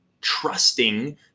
trusting